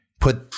put